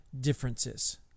differences